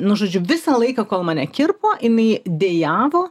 nu žodžiu visą laiką kol mane kirpo inai dejavo